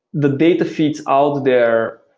the data feeds out there,